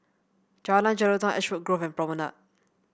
Jalan Jelutong Ashwood Grove and Promenade